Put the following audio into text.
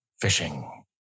fishing